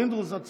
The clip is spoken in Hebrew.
פינדרוס, עצור.